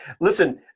Listen